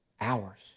hours